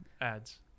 ads